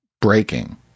breaking